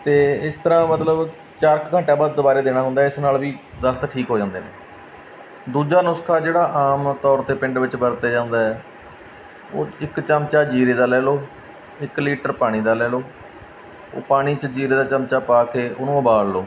ਅਤੇ ਇਸ ਤਰ੍ਹਾਂ ਮਤਲਬ ਚਾਰ ਕੁ ਘੰਟਿਆਂ ਬਾਅਦ ਦੁਬਾਰਾ ਦੇਣਾ ਹੁੰਦਾ ਇਸ ਨਾਲ ਵੀ ਦਸਤ ਠੀਕ ਹੋ ਜਾਂਦੇ ਨੇ ਦੂਜਾ ਨੁਸਖਾ ਜਿਹੜਾ ਆਮ ਤੌਰ 'ਤੇ ਪਿੰਡ ਵਿੱਚ ਵਰਤਿਆ ਜਾਂਦਾ ਆ ਉਹ ਇੱਕ ਚਮਚਾ ਜੀਰੇ ਦਾ ਲੈ ਲਓ ਇਕ ਲੀਟਰ ਪਾਣੀ ਦਾ ਲੈ ਲਓ ਉਹ ਪਾਣੀ 'ਚ ਜੀਰੇ ਦਾ ਚਮਚਾ ਪਾ ਕੇ ਉਹਨੂੰ ਉਬਾਲ ਲਓ